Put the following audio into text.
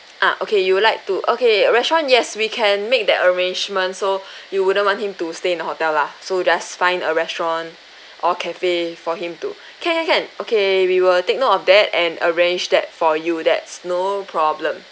ah okay you would like to okay restaurant yes we can make that arrangement so you wouldn't want him to stay in the hotel lah so just find a restaurant or cafe for him to can can can okay we will take note of that and arrange that for you that's no problem